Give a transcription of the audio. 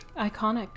Iconic